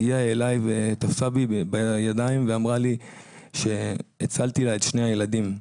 היא הגיעה אליי ותפסה בידיים ואמרה לי שהצלתי לה את שני הילדים.